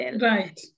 Right